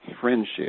friendship